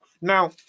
Now